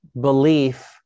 belief